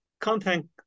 content